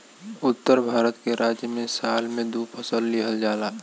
उत्तर भारत के राज्य में साल में दू फसल लिहल जाला